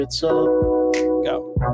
Go